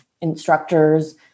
instructors